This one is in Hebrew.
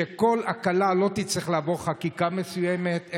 שכל הקלה לא תצטרך לעבור חקיקה מסוימת,